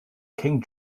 king